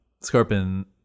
Scorpion